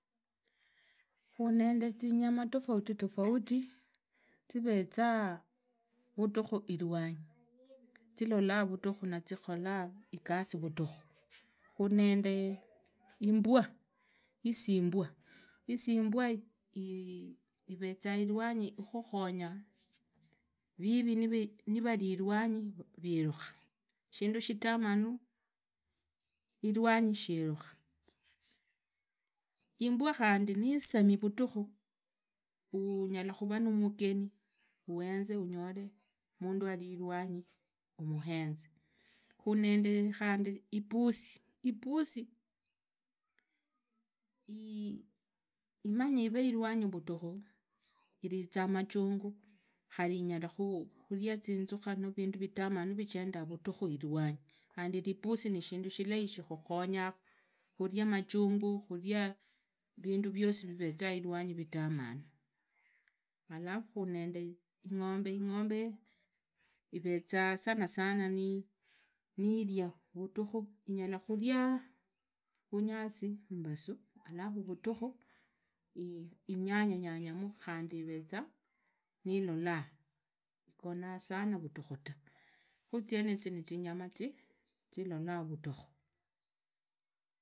Khunendee tsinyama tofauti tofauti tofauti tsivetsaa. vutukhuu iwanyi tsilolaa vutukhuu natsikholaaa ekasi vutukhuu, khunende impwaa isipwaa, isipwaa iii- ivetsia iwanyi khukhukhonyaa. vivi nivali iwanyi vilukhaa shindu shitamani iwanyi shivukhaa impwaa khandi niyisamii vutukhuu uu- unyalaa khuvaa numugeni wetsee onyole muntu aliewanyi uwenzee khandi ipusii ipusii iii- imanyi ive iwanyi vutukhuu. ilitsaa machunguu khali inyalaa khulia tsitsukha nobaa vindu vitamani vichendaaa vutukhuu iwanyii khandi ipusii neshindu shilayi shikhukhonyaa khulia machunguu khulia vindu vyosi vivetsia iwanyi vitamanu alafu nendee ingombee ingombee ivetsa sanasananiilia vutukhuu inyala khulia vunyasi alafu vutukhuu inyanyanyanyamo khandi ivetsaa niyilolaa khotsenetsioo. Netsinyama tsii- tsilolaa vutukhu.